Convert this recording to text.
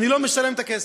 אני לא משלם את הכסף.